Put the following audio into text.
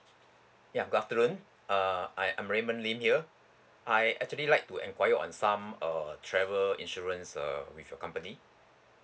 ya good afternoon err I am raymond lin here I actually like to enquiry on some uh travel insurance uh with your company